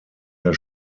der